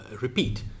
repeat